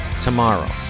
tomorrow